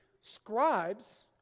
scribes